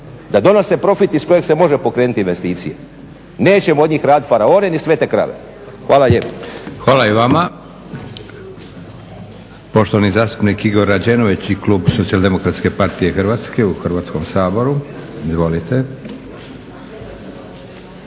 da donose profit iz kojeg se može pokrenuti investicije. Nećemo od njih raditi faraone ni svete krave. Hvala lijepo. **Leko, Josip (SDP)** Hvala i vama. Poštovani zastupnik Igor Rađenović i Klub Socijaldemokratske partije Hrvatske u Hrvatskom saboru. Izvolite.